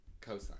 cosine